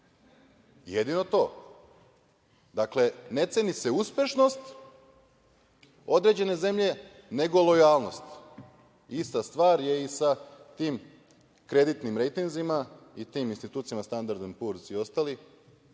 jedino to. Dakle, ne ceni se uspešnost određene zemlje, nego lojalnost. Ista stvar je i sa tim kreditnim rejtinzima i tim institucijama „Standard and Poor’s“ i ostali,